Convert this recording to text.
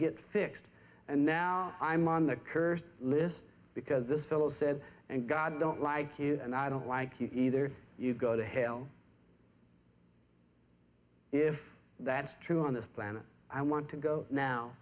get fixed and now i'm on the curse list because this fellow says and god i don't like you and i don't like you either you go to hell if that is true on this planet i want to go now